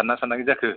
सानना सानाखै जाखो